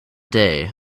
day